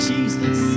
Jesus